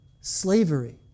slavery